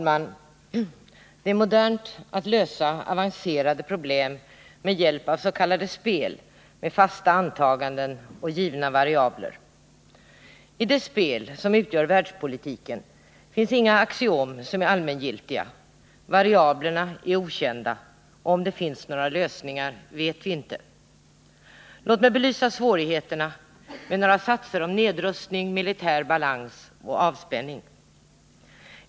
Fru talman! Det är modernt att lösa avancerade problem med hjälp av s.k. spel med fasta antaganden och givna variabler. I det spel som utgör världspolitiken finns inga axiom som är allmängiltiga, variablerna är okända och vi vet inte om det finns några lösningar. Låt mig belysa svårigheterna med fyra satser om nedrustning, militär balans och avspänning.